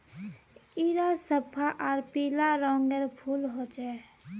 इरा सफ्फा आर पीला रंगेर फूल होचे